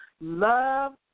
love